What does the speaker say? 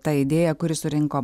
ta idėja kuri surinko